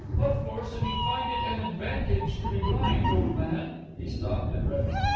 of course, if you find it an advantage to be blind, old man he stopped and reddened.